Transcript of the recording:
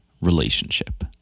relationship